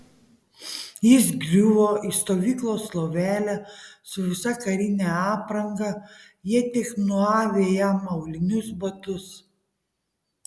jis griuvo į stovyklos lovelę su visa karine apranga jie tik nuavė jam aulinius batus